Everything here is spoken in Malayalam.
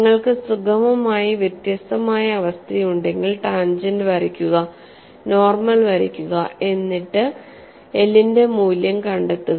നിങ്ങൾക്ക് സുഗമമായി വ്യത്യസ്തമായ അവസ്ഥയുണ്ടെങ്കിൽ ടാൻജെന്റ് വരയ്ക്കുക നോർമൽ വരയ്ക്കുക എന്നിട്ട് l ന്റെ മൂല്യം കണ്ടെത്തുക